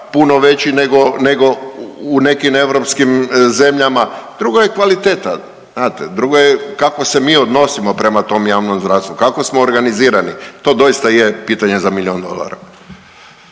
puno veći nego u nekim europskim zemljama. Drugo je kvaliteta, znate. Drugo je kako se mi odnosimo prema tom javnom zdravstvu, kako smo organizirani. To doista je pitanje za milijun dolara.